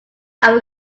air